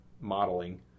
modeling